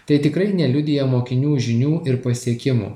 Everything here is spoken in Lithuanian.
tai tikrai neliudija mokinių žinių ir pasiekimų